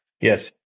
Yes